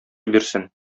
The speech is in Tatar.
бирсен